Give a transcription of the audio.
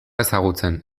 ezagutzen